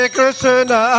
Krishna